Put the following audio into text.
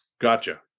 Gotcha